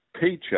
paycheck